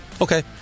Okay